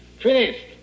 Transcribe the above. finished